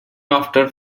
after